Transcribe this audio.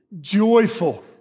joyful